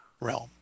realm